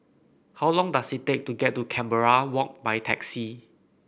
how long does it take to get to Canberra Walk by taxi